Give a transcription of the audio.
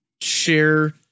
share